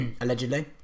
allegedly